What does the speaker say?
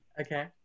Okay